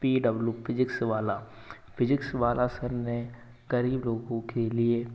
P W physics वाला physics वाला sir ने गरीब लोगों के लिए